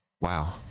wow